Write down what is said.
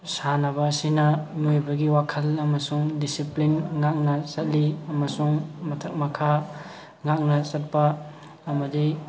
ꯁꯥꯟꯅꯕ ꯑꯁꯤꯅ ꯃꯤꯑꯣꯏꯕꯒꯤ ꯋꯥꯈꯜ ꯑꯃꯁꯨꯡ ꯗꯤꯁꯤꯄ꯭ꯂꯤꯟ ꯉꯥꯛꯅ ꯆꯠꯂꯤ ꯑꯃꯁꯨꯡ ꯃꯊꯛ ꯃꯈꯥ ꯉꯥꯛꯅ ꯆꯠꯄ ꯑꯃꯗꯤ